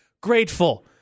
grateful